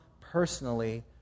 personally